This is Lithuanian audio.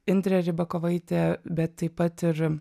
indrę ribakovaitę bet taip pat ir